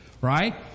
right